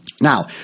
Now